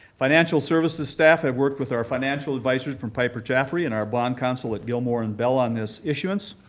financial services staff have worked with our financial advisors from piper jaffray and our bond counsel at gilmore and bell on this issuance.